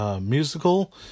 musical